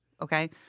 Okay